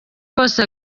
wose